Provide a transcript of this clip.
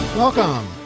Welcome